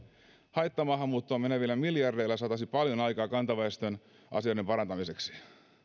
haittamaahanmuuttoon menevillä miljardeilla saataisiin paljon aikaan kantaväestön asioiden parantamiseksi